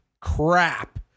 crap